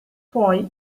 poi